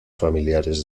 familiares